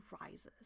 rises